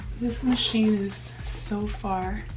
this machine is so far